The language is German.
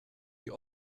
sie